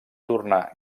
tornar